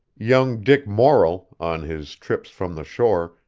young dick morrell, on his trips from the shore,